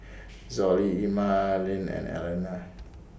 Zollie Emmaline and Elaina